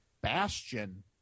Bastion